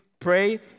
Pray